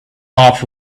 off